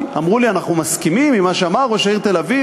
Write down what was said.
אמרו לי: אנחנו מסכימים עם מה שאמר ראש העיר תל-אביב,